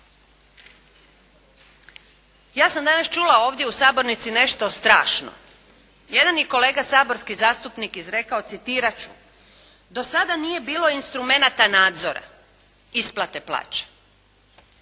Ja sam danas čula ovdje u sabornici nešto strašno. Jedan je kolega saborski zastupnik izrekao, citirati ću: "do sada nije bilo instrumenata nadzora isplate plaća".